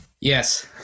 Yes